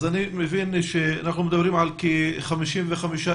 אני מבין שאנחנו מדברים על כ-55,000